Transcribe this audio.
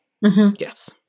Yes